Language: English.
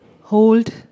hold